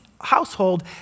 household